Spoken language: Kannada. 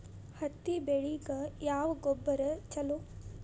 ಹತ್ತಿ ಬೆಳಿಗ ಯಾವ ಗೊಬ್ಬರ ಛಲೋ?